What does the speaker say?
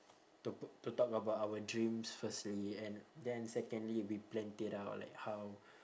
to to talk about our dreams firstly and then secondly we planned it out like how